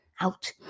out